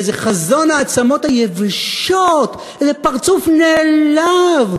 איזה חזון העצמות היבשות, איזה פרצוף נעלב.